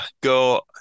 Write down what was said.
go